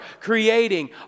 creating